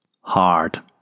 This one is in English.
Hard